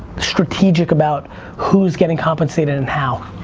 strategic about who's getting compensated and how.